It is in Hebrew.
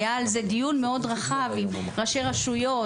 היה על זה דיון רחב עם ראשי רשויות